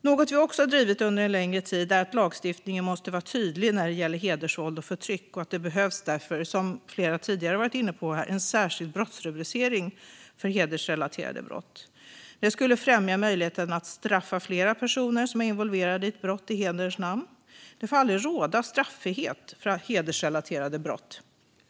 Något vi också har drivit under en längre tid är att lagstiftningen måste vara tydlig när det gäller hedersvåld och förtryck och att det därför behövs, vilket flera har varit inne på tidigare här, en särskild brottsrubricering för hedersrelaterade brott. Det skulle främja möjligheten att straffa flera personer som är involverade i ett brott i hederns namn. Det får aldrig råda straffrihet för hedersrelaterade brott.